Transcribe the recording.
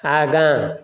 आगाँ